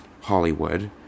Hollywood